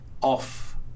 off